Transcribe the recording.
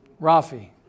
Rafi